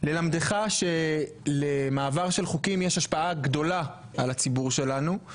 ללמדך שלמעבר של חוקים יש השפעה גדולה על הציבור שלנו,